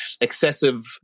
excessive